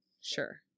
Sure